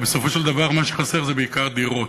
ובסופו של דבר מה שחסר זה בעיקר דירות.